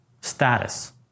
status